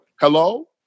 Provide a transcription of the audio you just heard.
Hello